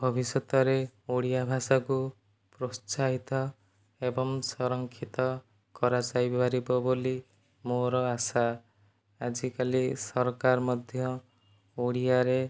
ଭବିଷ୍ୟତରେ ଓଡ଼ିଆ ଭାଷାକୁ ପ୍ରୋତ୍ସାହିତ ଏବଂ ସଂରକ୍ଷିତ କରାଯାଇ ପାରିବ ବୋଲି ମୋର ଆଶା ଆଜିକାଲି ସରକାର ମଧ୍ୟ ଓଡ଼ିଆରେ